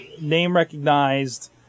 name-recognized